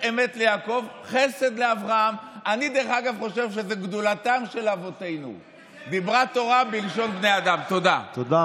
אני עכשיו התבקשתי לקרוא בצורה יותר מתונה או איטית,